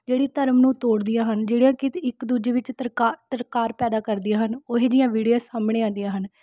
ਜਿਹੜੀ ਧਰਮ ਨੂੰ ਤੋੜਦੀਆਂ ਹਨ ਜਿਹੜੀਆਂ ਕਿ ਇੱਕ ਦੂਜੇ ਵਿੱਚ ਤਰਕਾ ਤਕਰਾਰ ਪੈਦਾ ਕਰਦੀਆਂ ਹਨ ਉਹੋ ਜਿਹੀਆਂ ਵੀਡੀਓ ਸਾਹਮਣੇ ਆਉਂਦੀਆਂ ਹਨ